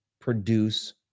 produce